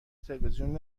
تلویزیون